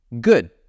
Good